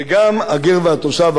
וגם הגר והתושב,